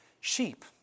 sheep